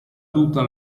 tutta